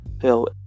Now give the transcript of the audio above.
hell